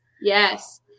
Yes